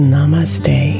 Namaste